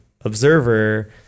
Observer